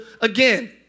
again